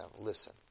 listen